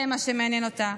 זה מה שמעניין אותה.